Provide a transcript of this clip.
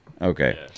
Okay